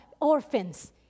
orphans